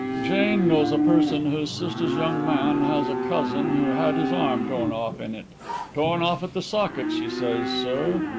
jane knows a person whose sister's young man has a cousin who had his arm torn off in it torn off at the socket, she says, sir.